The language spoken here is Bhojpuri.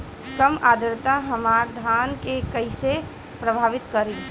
कम आद्रता हमार धान के कइसे प्रभावित करी?